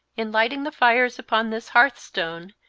in lighting the fires upon this hearthstone,